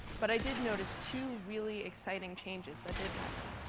but i did notice two really exciting changes that did happen.